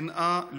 שנאה,